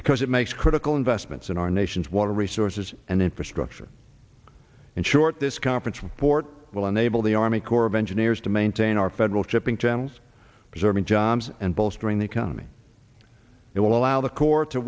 because it makes critical investments in our nation's water resources and infrastructure and short this conference report will enable the army corps of engineers to maintain our federal shipping channels preserving jobs and bolstering the economy it will allow the court to